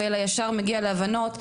אלא ישר מגיע להבנות,